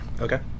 okay